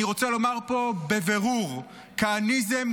אני רוצה לומר פה בבירור: כהניזם,